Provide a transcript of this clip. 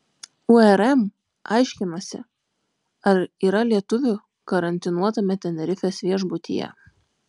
urm aiškinasi ar yra lietuvių karantinuotame tenerifės viešbutyje